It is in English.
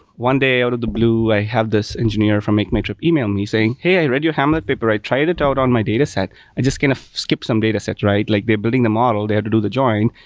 one day out of the blue, i have this engineer from make my trip email me saying, hey, i read your hamlet paper. i tried it out on my dataset. i just kind of skipped some dataset, right? like they're building the model, they had to do the join.